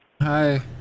Hi